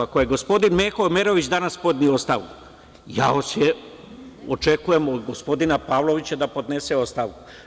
Ako je gospodin Meho Omerović danas podneo ostavku, ja očekujem od gospodina Pavlovića da podnese ostavku.